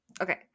Okay